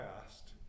past